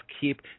keep